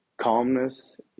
calmness